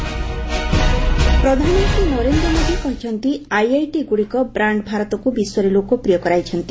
PM ପ୍ରଧାନମନ୍ତ୍ରୀ ନରେନ୍ଦ୍ର ମୋଦି କହିଛନ୍ତି IIT ଗୁଡ଼ିକ ବ୍ରାଣ୍ଡ ଭାରତକୁ ବିଶ୍ୱରେ ଲୋକପ୍ରିୟ କରାଇଛନ୍ତି